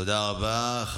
תודה רבה.